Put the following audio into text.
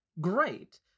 great